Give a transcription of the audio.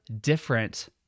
different